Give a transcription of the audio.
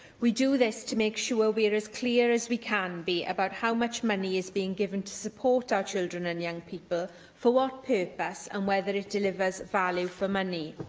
we do this to make sure we are as clear as we can be about how much money is being given to support our children and young people, for what purpose, and whether it delivers value for money.